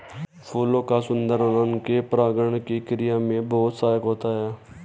फूलों का सुंदर होना उनके परागण की क्रिया में बहुत सहायक होता है